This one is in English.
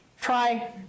try